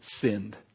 sinned